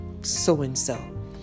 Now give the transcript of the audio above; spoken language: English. so-and-so